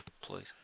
Please